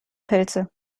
pilze